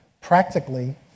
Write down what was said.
practically